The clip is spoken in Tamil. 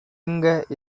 எங்க